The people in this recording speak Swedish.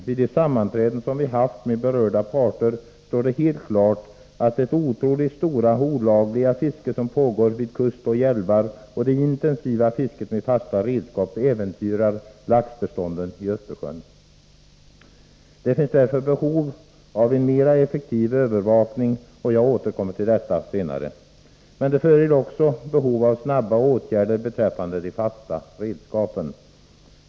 Efter de sammanträden som vi haft med berörda parter står det helt klart att det otroligt stora olagliga fiske som pågår vid kust och i älvar och det intensiva fisket med fasta redskap äventyrar laxbeståndet i Östersjön. Det finns därför behov av en mera effektiv övervakning, och jag återkommer senare till detta. Men det föreligger också behov av snabba åtgärder beträffande de fasta redskapen.